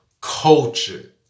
culture